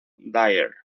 dyer